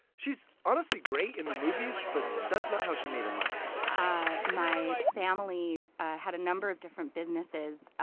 she's honestly great in the movies, but that's not how she made her money ah my family had a number of different businesses.